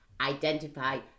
identify